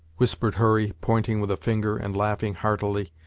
whispered hurry, pointing with a finger, and laughing heartily,